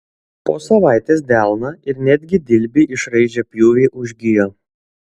po savaitės delną ir netgi dilbį išraižę pjūviai užgijo